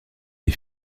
les